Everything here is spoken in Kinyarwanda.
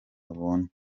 abone